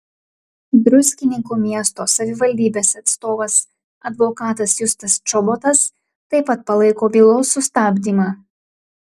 druskininkų miesto savivaldybės atstovas advokatas justas čobotas taip pat palaiko bylos sustabdymą